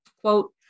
quote